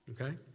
Okay